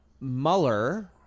Mueller